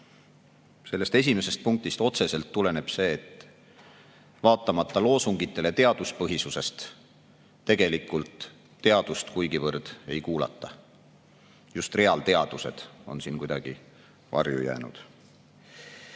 sellest esimesest punktist otseselt tuleneb see, et vaatamata loosungitele teaduspõhisusest tegelikult teadust kuigivõrd ei kuulata. Just reaalteadused on kuidagi varju jäänud.